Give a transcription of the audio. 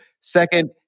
Second